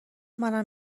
منم